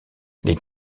les